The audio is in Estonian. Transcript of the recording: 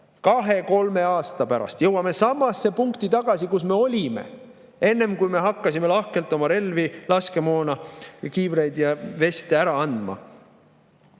Kahe-kolme aasta pärast jõuame samasse punkti tagasi, kus me olime enne, kui me hakkasime lahkelt oma relvi, laskemoona, kiivreid ja veste ära andma.